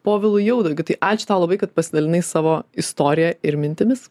povilu jaudagiu tai ačiū tau labai kad pasidalinai savo istorija ir mintimis